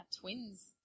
twins